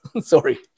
Sorry